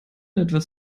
etwas